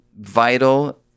vital